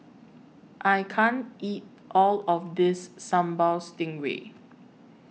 I can't eat All of This Sambal Stingray